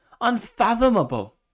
Unfathomable